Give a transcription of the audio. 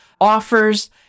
offers